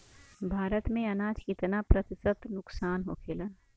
भारत में अनाज कितना प्रतिशत नुकसान होखेला?